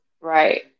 right